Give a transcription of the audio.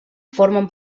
formen